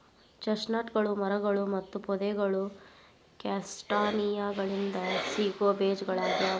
ಚೆಸ್ಟ್ನಟ್ಗಳು ಮರಗಳು ಮತ್ತು ಪೊದೆಗಳು ಕ್ಯಾಸ್ಟಾನಿಯಾಗಳಿಂದ ಸಿಗೋ ಬೇಜಗಳಗ್ಯಾವ